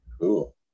cool